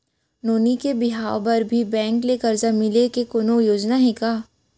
नोनी के बिहाव बर भी बैंक ले करजा मिले के कोनो योजना हे का?